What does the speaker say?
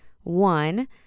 one